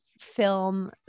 film